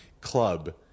club